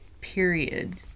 period